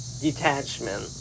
detachment